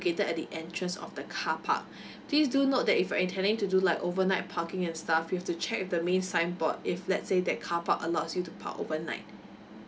at the entrance of the car park please do note that if you're intending to do like overnight parking and stuff you've to check with the main signboard if let's say that carpark allows you to park overnight